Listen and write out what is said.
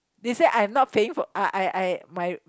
they say I am not paying for uh I I I my